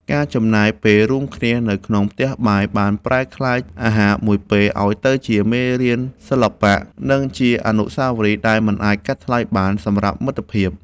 ការចំណាយពេលរួមគ្នានៅក្នុងផ្ទះបាយ បានប្រែក្លាយអាហារមួយពេលឱ្យទៅជាមេរៀនសិល្បៈ និងជាអនុស្សាវរីយ៍ដែលមិនអាចកាត់ថ្លៃបានសម្រាប់មិត្តភាព។